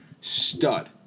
stud